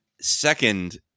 Second